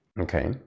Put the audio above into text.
Okay